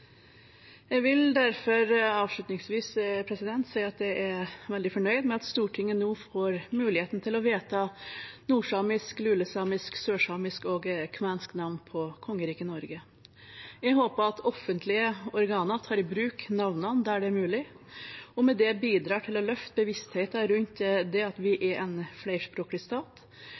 Jeg vil derfor avslutningsvis si at jeg er veldig fornøyd med at Stortinget nå får muligheten til å vedta nordsamisk, lulesamisk, sørsamisk og kvensk navn på Kongeriket Norge. Jeg håper offentlige organer tar i bruk navnene der det er mulig, og med det bidrar til å løfte bevisstheten rundt det at vi er en